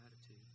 attitude